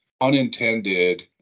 unintended